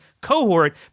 cohort